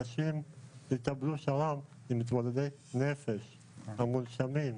אנשים יקבלו שר"ם עם מתמודדי נפש ומונשמים.